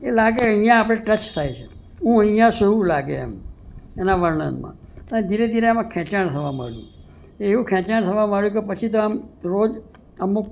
એ લાગે અહીંયા આપણે ટચ થાય છે હું અહીંયા છું એવું લાગે એમ એના વર્ણનમાં ધીરે ધીરે એમાં ખેંચાણ થવા માંડ્યું અને એવું ખેંચાણ થવા માંડ્યું કે પછી તો આમ રોજ